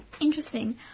Interesting